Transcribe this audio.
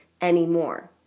anymore